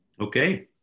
Okay